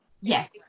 Yes